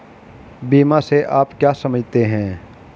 बीमा से आप क्या समझते हैं?